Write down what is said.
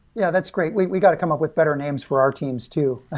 yeah, that's great. we we got to come up with better names for our teams too.